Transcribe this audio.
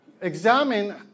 examine